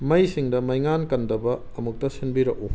ꯃꯩꯁꯤꯡꯗ ꯃꯩꯉꯥꯟ ꯀꯟꯗꯕ ꯑꯃꯨꯛꯇ ꯁꯤꯟꯕꯤꯔꯛꯎ